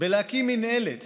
בלהקים מינהלת